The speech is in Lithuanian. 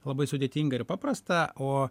labai sudėtinga ir paprasta o